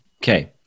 Okay